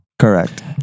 correct